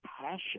passion